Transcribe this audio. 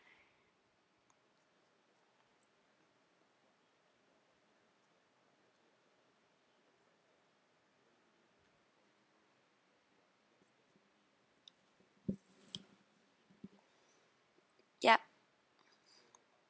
yup